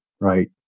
right